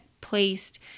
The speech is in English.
placed